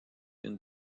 une